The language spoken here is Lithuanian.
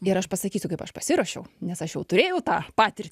ir aš pasakysiu kaip aš pasiruošiau nes aš jau turėjau tą patir